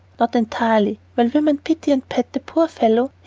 not entirely while women pity and pet the poor fellow,